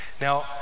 Now